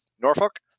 Norfolk